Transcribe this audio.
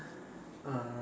uh